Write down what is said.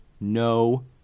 No